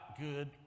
good